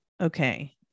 okay